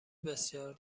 بسیار